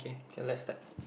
okay let's start